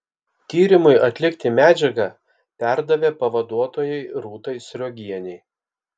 tyrimui atlikti medžiagą perdavė pavaduotojai rūtai sriogienei